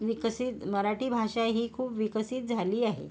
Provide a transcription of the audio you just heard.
निकसित मराठी भाषा ही खूप विकसित झाली आहे